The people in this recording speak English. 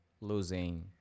losing